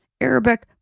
Arabic